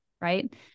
Right